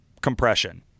compression